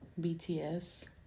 BTS